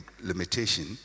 limitation